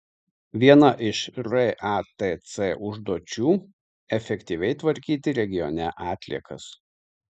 viena iš ratc užduočių efektyviai tvarkyti regione atliekas